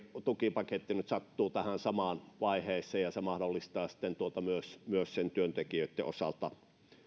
tukipaketti nyt sattuvat tähän samaan vaiheeseen ja se mahdollistaa sitten myös myös työntekijöitten osalta